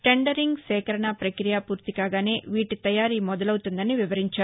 tendering సేకరణ ప్రక్రియ పూర్తికాగానే వీటి తయారీ మొదలవుతుందన్నారు